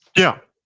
yeah,